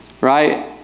right